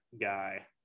guy